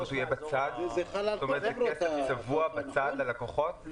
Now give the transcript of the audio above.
זה צבוע בצד ללקוחות?